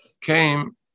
came